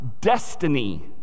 destiny